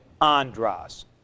andras